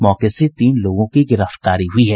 मौके से तीन लोगों की गिरफ्तारी हुई है